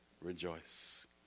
rejoice